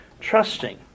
trusting